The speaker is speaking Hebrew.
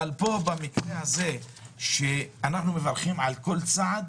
אבל במקרה הזה אנחנו מברכים על כל צעד